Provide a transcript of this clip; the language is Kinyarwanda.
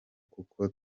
kuko